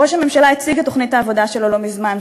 ראש הממשלה הציג את תוכנית העבודה שלו לא מזמן,